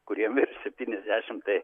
kuriem virš septyniasdešim tai